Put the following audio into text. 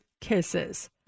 Kisses